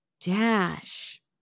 dash